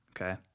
Okay